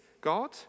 God